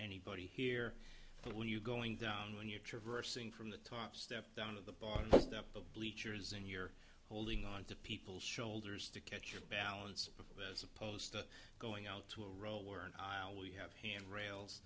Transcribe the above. anybody here but when you're going down when you're traversing from the top step down to the bottom step the bleachers and you're holding on to people's shoulders to catch your balance as opposed to going out to a role where and we have hand rails